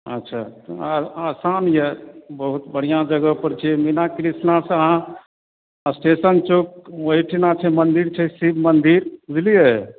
अच्छा आसान अइ बहुत बढ़िआँ जगहपर छी मीना कृष्णासँ अहाँ स्टेशन चौक ओहिठिना मन्दिर छै शिव मन्दिर बुझलिए